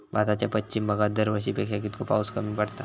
भारताच्या पश्चिम भागात दरवर्षी पेक्षा कीतको पाऊस कमी पडता?